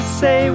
say